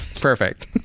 Perfect